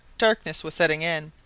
darkness was setting in,